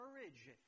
courage